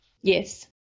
yes